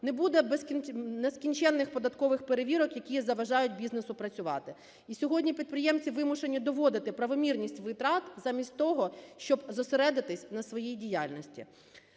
не буде нескінченних податкових перевірок, які заважають бізнесу працювати. І сьогодні підприємці вимушені доводити правомірність, витрат замість того, щоб зосередитись на своїй діяльності.